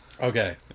okay